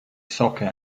soccer